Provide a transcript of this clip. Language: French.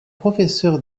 professeur